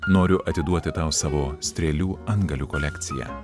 noriu atiduoti tau savo strėlių antgalių kolekciją